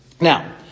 Now